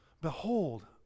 Behold